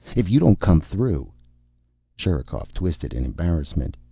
if you don't come through sherikov twisted in embarrassment.